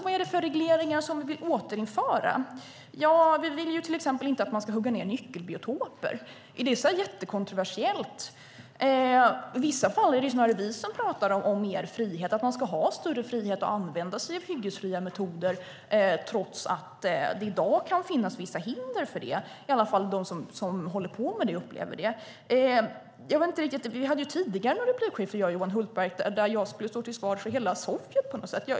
Var är det för regleringar som vi vill återinföra? Vi vill till exempel inte att man ska hugga ned nyckelbiotoper. Är det så kontroversiellt? I vissa fall är det vi som talar om mer frihet. Man ska ha större frihet att använda sig av hyggesfria metoder trots att det i dag kan finnas vissa hinder för det. De som håller på med det upplever i varje fall det. Vi hade tidigare ett replikskifte jag och Johan Hultberg där jag på något sätt skulle stå till svars för hela Sovjet.